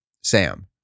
Sam